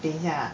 等一下